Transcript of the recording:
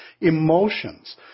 emotions